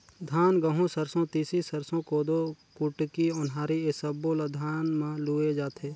धान, गहूँ, सरसो, तिसी, सरसो, कोदो, कुटकी, ओन्हारी ए सब्बो ल धान म लूए जाथे